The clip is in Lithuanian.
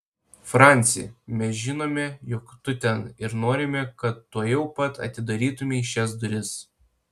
franci mes žinome jog tu ten ir norime kad tuojau pat atidarytumei šias duris